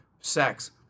sex